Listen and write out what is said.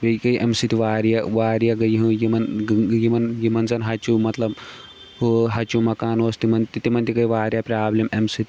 بیٚیہِ گٔیے اَمہِ سۭتۍ واریاہ واریاہ گٔیے یِمن یِمن یِمن زَن ہَچوٗ مطلب ہُہ ہَچوٗ مکان اوس تِمن تہِ تِمن تہِ گٔیے واریاہ پرابلِم اَمہِ سۭتۍ